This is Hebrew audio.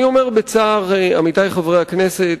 עמיתי חברי הכנסת,